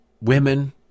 women